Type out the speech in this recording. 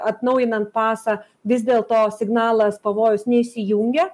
atnaujinant pasą vis dėlto signalas pavojaus neišsijungia